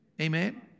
Amen